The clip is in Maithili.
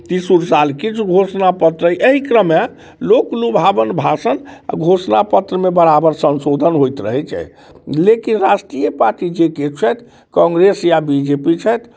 तेसरो साल किछु घोषणा पत्र अइ एहि क्रममे लोक लुभावन भाषण आओर घोषणा पत्रमे बराबर संशोधन होइत रहै छै लेकिन राष्ट्रीय पार्टी किछु छथि कांग्रेस या बी जे पी छथि